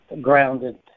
Grounded